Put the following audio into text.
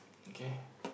okay